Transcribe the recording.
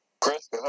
Chris